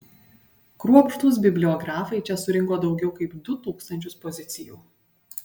kruopštūs bibliografai čia surinko daugiau kaip du tūkstančius pozicijų